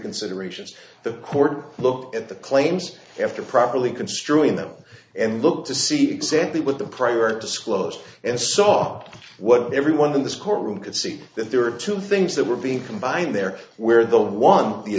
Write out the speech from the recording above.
considerations the court look at the claims after properly construing them and look to see exactly what the prior to school and saw what everyone in this courtroom could see that there are two things that were being combined there where the one the